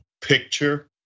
picture